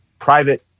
Private